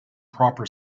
proper